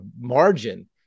margin